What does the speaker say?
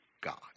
God